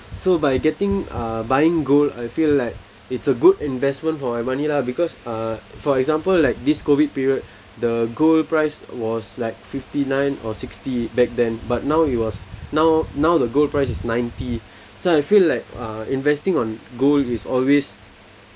so by getting uh buying gold I feel like it's a good investment for my money lah because uh for example like this COVID period the gold price was like fifty nine or sixty back then but now it was now now the gold price is ninety so I feel like uh investing on gold is always